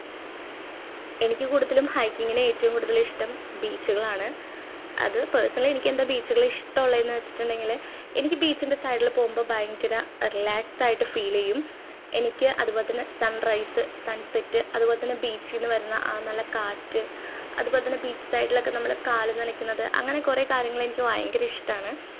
എനിക്ക് കൂടുതലും ഹൈക്കിങ്ങിന് ഏറ്റവും കൂടുതൽ ഇഷ്ടം ബീച്ചുകളാണ് അത് പേഴ്സണലി എനിക്ക് എന്താണ് ബീച്ചുകൾ ഇഷ്ടം ഉള്ളതെന്ന് വെച്ചിട്ടുണ്ടെങ്കിൽ എനിക്ക് ബീച്ചിൻ്റെ സൈഡിൽ പോകുമ്പോൾ ഭയങ്കര റിലാക്സ് ആയിട്ട് ഫീൽ ചെയ്യും എനിക്ക് അതുപോലെ തന്നെ സൺറൈസ് സൺസെറ്റ് അതുപോലെ തന്നെ ബീച്ചിൽ നിന്ന് വരുന്ന ആ നല്ല കാറ്റ് അതുപോലെ തന്നെ ബീച്ച് സൈഡിലൊക്കെ നമ്മൾ കാൽ നനയ്ക്കുന്നത് അങ്ങനെ കുറേ കാര്യങ്ങൾ എനിക്ക് ഭയങ്കര ഇഷ്ടമാണ്